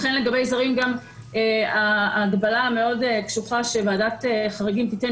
לכן גם ההגבלה מאוד קשוחה שוועדת חריגים תיתן